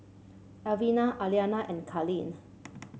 Alvina Aliana and Kalyn